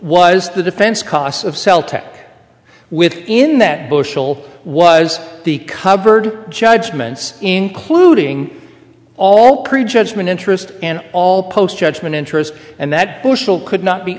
was the defense costs of celtic within that bushel was the cupboard judgments including all prejudgment interest and all post judgment interest and that bushel could not be